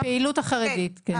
הפעילות החרדית, כן.